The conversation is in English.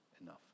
enough